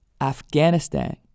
Afghanistan